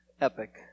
epic